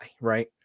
right